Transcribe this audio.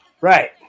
Right